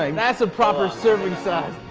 um that's a proper serving size.